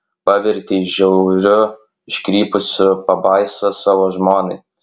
pavertei žiauriu iškrypusiu pabaisa savo žmonai